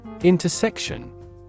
Intersection